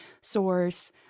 source